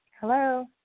Hello